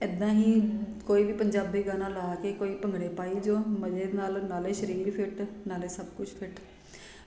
ਇੱਦਾਂ ਹੀ ਕੋਈ ਵੀ ਪੰਜਾਬੀ ਗਾਣਾ ਲਾ ਕੇ ਕੋਈ ਭੰਗੜੇ ਪਾਏ ਜੋ ਮਜ਼ੇ ਨਾਲ ਨਾਲੇ ਸਰੀਰ ਫਿਟ ਨਾਲੇ ਸਭ ਕੁਛ ਫਿਟ